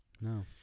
No